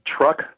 truck